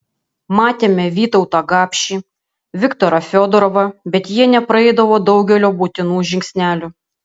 matėme vytautą gapšį viktorą fiodorovą bet jie nepraeidavo daugelio būtinų žingsnelių